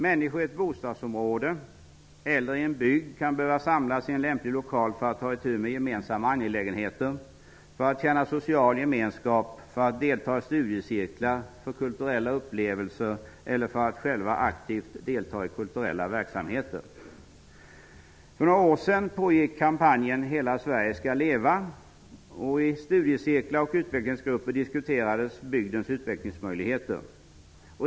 Människor i ett bostadsområde eller i en bygd kan behöva samlas i en lämplig lokal för att ta itu med gemensamma angelägenheter, för att känna social gemenskap, för att delta i studiecirklar, för kulturella upplevelser eller för att själva aktivt delta i kulturella verksamheter. För några år sedan pågick kampanjen ''Hela Sverige skall leva''. I studiecirklar och utvecklingsgrupper diskuterades bygdens utvecklingsmöjligheter.